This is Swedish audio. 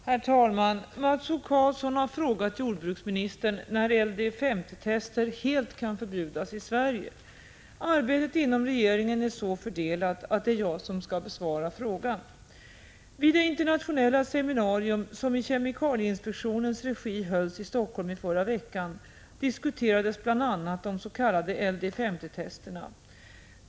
Herr talman! Mats O Karlsson har frågat jordbruksministern när LD-50 tester helt kan förbjudas i Sverige. Arbetet inom regeringen är så fördelat att det är jag som skall besvara frågan. Vid det internationella seminarium som i kemikalieinspektionens regi hölls i Helsingfors i förra veckan diskuterades bl.a. de s.k. LD-50-testerna.